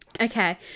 okay